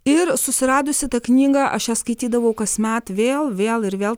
ir susiradusi tą knygą aš ją skaitydavau kasmet vėl vėl ir vėl